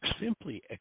Simply